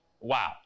wow